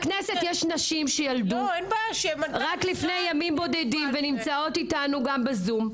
נשים שילדו רק לפני ימים בודדים ונמצאות אתנו בזום,